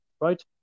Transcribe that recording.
right